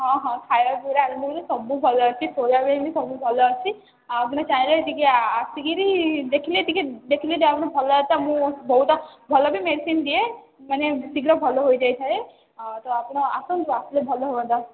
ହଁ ହଁ ଖାଇବା ପିଇବାରୁ ଆରମ୍ଭ କରି ସବୁ ଭଲ ଅଛି ଶୋଇବା ପାଇଁ ବି ସବୁ ଭଲ ଅଛି ଆଉ ତୁମେ ଚାହିଁଲେ ଟିକେ ଆ ଆସିକିରି ଦେଖିଲେ ଟିକେ ଦେଖିକି ଯାଉନ ଭଲ ହୁଅନ୍ତା ମୁଁ ବହୁତ ଭଲ ବି ମେଡ଼ିସିନ ଦିଏ ମାନେ ଶୀଘ୍ର ଭଲ ହୋଇଯାଇ ଥାଏ ତ ଆପଣ ଆସନ୍ତୁ ଆସିଲେ ଭଲ ହୁଅନ୍ତା